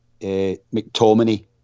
McTominay